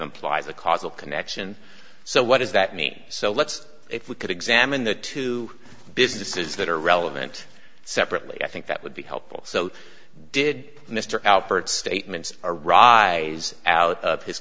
implies a causal connection so what does that mean so let's if we could examine the two businesses that are relevant separately i think that would be helpful so did mr alpert statements a rise out of his